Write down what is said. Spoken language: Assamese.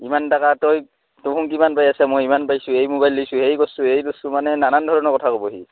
ইমান টাকা তই তোহোঁন কিমান পাই আছা মই ইমান পাইছোঁ এই মোবাইল লৈছোঁ এই কৰছোঁ এই কৰছোঁ মানে নানান ধৰণৰ কথা ক'ব সি